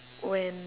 when